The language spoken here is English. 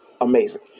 amazing